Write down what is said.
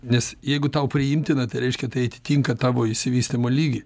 nes jeigu tau priimtina tai reiškia tai atitinka tavo išsivystymo lygį